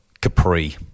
Capri